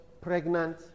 pregnant